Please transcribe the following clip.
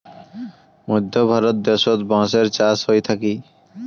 মধ্য ভারত দ্যাশোত বাঁশের চাষ হই থাকি